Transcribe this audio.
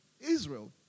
Israel